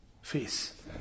Face